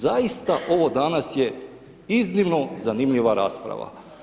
Zaista ovo danas je iznimno zanimljiva rasprava.